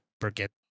forget